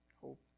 hope